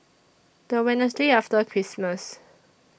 The Wednesday after Christmas